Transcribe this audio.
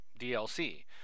DLC